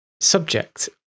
subject